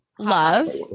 love